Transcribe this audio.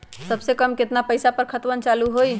सबसे कम केतना पईसा पर खतवन चालु होई?